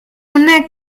una